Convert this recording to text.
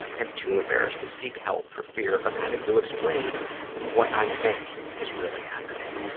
i am too embarrassed to seek help for fear of having to explain what i think is really happening.